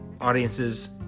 audiences